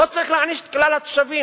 לא צריך להעניש את כלל התושבים.